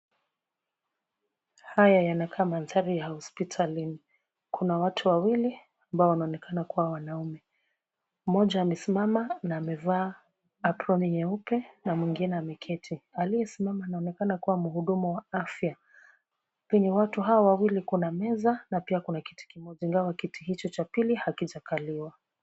Haya yanakaa mandhari ya hospitalini, kuna watu wawili ambao wanaonekana kuwa wanaume. Mmoja amesimama na amevaa aproni nyeupe, na mwingine ameketi. Aliyesimama anaonekana kuwa mhudumu wa afya. Penye watu hawa wawili kuna meza na pia kuna kiti kimoja ingawa kiti hicho cha pili hakijakaliwa.